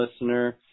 listener